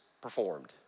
performed